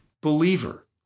believer